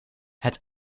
het